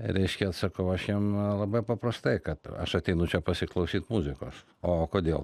reiškia atsakau aš jiem labai paprastai kad aš ateinu čia pasiklausyt muzikos o kodėl